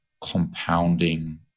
compounding